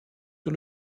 sur